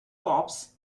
cops